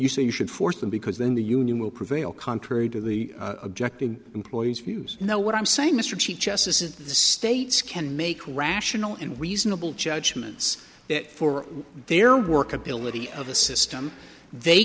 you say you should force them because then the union will prevail contrary to the objective employees know what i'm saying mr chief justice in the states can make rational and reasonable judgments that for their workability of the system they